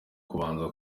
kubanza